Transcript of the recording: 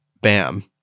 Bam